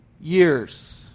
years